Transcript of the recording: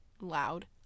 loud